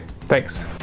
thanks